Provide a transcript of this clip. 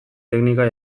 teknika